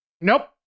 Nope